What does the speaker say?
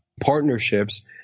partnerships